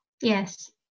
Yes